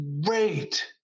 great